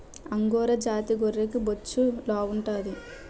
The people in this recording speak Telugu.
అంగోరా జాతి గొర్రెకి బొచ్చు లావుంటాది